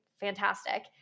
fantastic